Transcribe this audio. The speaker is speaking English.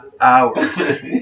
hours